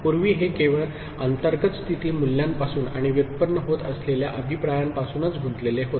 पूर्वी हे केवळ अंतर्गत स्थिती मूल्यांपासून आणि व्युत्पन्न होत असलेल्या अभिप्रायांपासूनच गुंतलेले होते